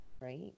right